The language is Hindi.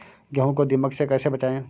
गेहूँ को दीमक से कैसे बचाएँ?